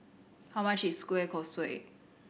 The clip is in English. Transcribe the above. how much is kueh kosui